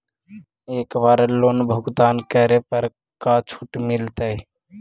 एक बार लोन भुगतान करे पर का छुट मिल तइ?